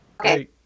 okay